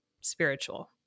spiritual